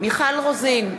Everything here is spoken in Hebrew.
מיכל רוזין,